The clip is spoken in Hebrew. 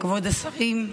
כבוד השרים,